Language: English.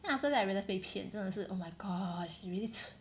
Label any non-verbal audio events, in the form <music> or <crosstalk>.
then after that I realize 被骗真的是 oh my gosh it really <noise>